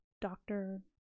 doctor